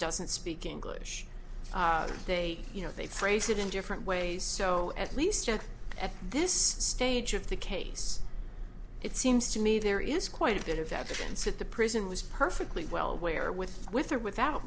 doesn't speak english they you know they phrase it in different ways so at least at this stage of the case it seems to me there is quite a bit of evidence that the prison was perfectly well aware with with or without